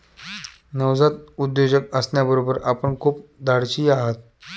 नवजात उद्योजक असण्याबरोबर आपण खूप धाडशीही आहात